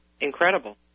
incredible